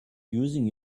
using